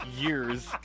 years